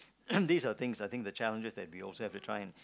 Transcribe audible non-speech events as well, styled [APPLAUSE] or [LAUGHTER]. [COUGHS] these are things I think the challenges we also have to try and